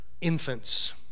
infants